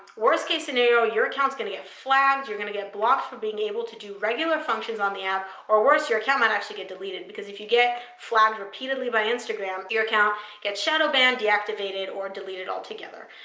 worst-case scenario, your account's going to get flagged, you're going to get blocked from being able to do regular functions on the app, or worse, your account might actually get deleted because if you get flagged repeatedly by instagram, your account gets shadow banned, deactivated, or deleted altogether.